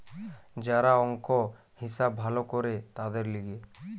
যারা অংক, হিসাব ভালো করে তাদের লিগে